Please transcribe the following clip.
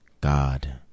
God